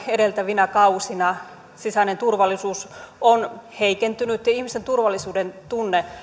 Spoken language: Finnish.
edeltävinä kausina sisäinen turvallisuus on heikentynyt ja ihmisten turvallisuudentunne